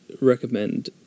recommend